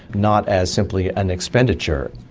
not as simply an expenditure.